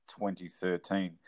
2013